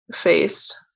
faced